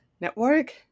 network